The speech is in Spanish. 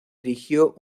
erigió